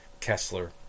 Kessler